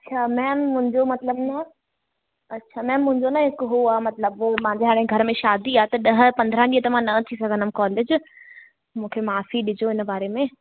अच्छा मैम मुंहिंजो मतिलबु न अच्छा मैम मुंहिंजो ना हिक हुओ आहे मतिलबु हुओ मुंहिंजे हाणे घर में शादी आहे त ॾह पंद्रहं ॾींअहं त मां न अची सघंदमि कॉलेज मूंखे माफ़ी ॾिजो हिन बारे में